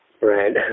Right